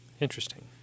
Interesting